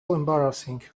embarrassing